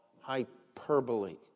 hyperbole